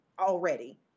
already